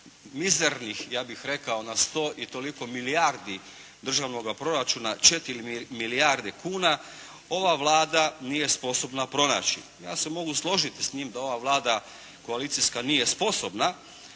mizernih ja bih rekao na sto i toliko milijardi državnoga proračuna 4 milijarde kuna ova Vlada nije sposobna pronaći. Ja se mogu složiti s njim da ova Vlada koalicijska nije sposobna